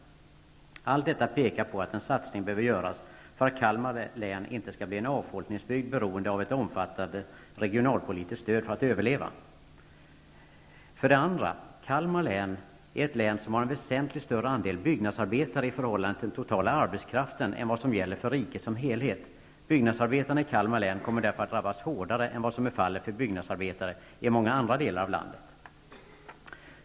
Allt detta pekar på att en satsning behöver göras för att Kalmar län inte skall bli en avfolkningsbygd beroende av ett omfattande regionalpolitiskt stöd för att överleva. För det andra är Kalmar ett län som har en väsentligt större andel byggnadsarbetare i förhållande till den totala arbetskraften än vad som gäller för riket som helhet. Byggnadsarbetarna i Kalmar län kommer därför att drabbas hårdare än vad som är fallet för byggnadsarbetare i många andra delar av landet.